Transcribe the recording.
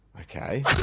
Okay